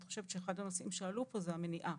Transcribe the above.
חושבת שאחד הנושאים שעלו פה זה המניעה